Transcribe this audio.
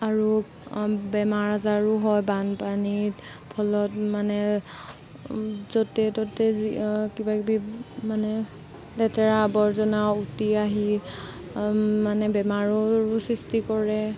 আৰু বেমাৰ আজাৰো হয় বানপানীৰ ফলত মানে য'তে ত'তে যি কিবাকিবি মানে লেতেৰা আৱৰ্জনা উটি আহি মানে বেমাৰৰো সৃষ্টি কৰে